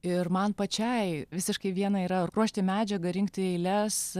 ir man pačiai visiškai viena yra ruošti medžiagą rinkti eiles